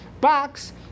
box